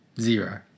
Zero